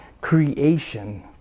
creation